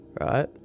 right